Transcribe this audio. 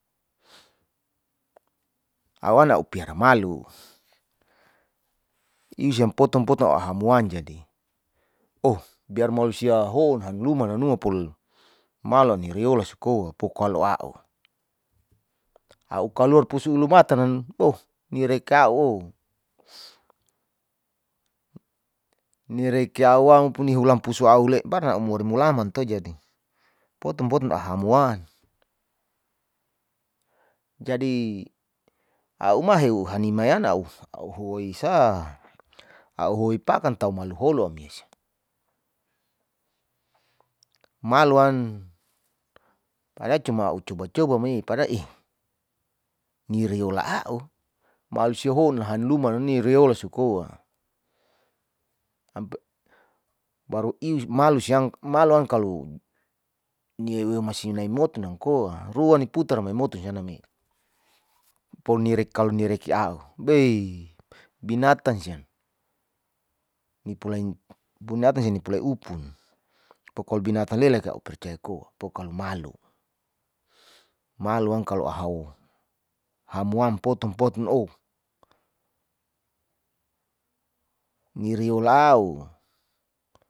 awana a'u piara malu isiam potong potong ua ahamwan jadi oh biar mausia hon hanlumara nua pol mala ni reolas ko pokalo a'u, au kaluar pusulumartan boh nirekao nireikao au puni hulam pusuaule bana umoremulaman to jadi poton poton a'u ahumwan a'u ma heu hanimayana au huwoisa, a'u huwoi pakan taumaluholu amesi maloan para cuma a'u coba-coba me pada'eh nireola a'u malosihon hanlumara ni reolas suko'wa baru is malus yang maloang kalo masi nai motunang koa rua ni putara me motu sianami poni rekau ni reki a'u beih binatan sian, bonatan ni pulai upun pokol binata lela kau percaya koa pokalo pokalo malo, malo kalo ahau hamuan potun potun oh. nireola a'u.